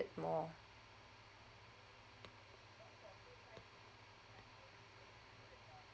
more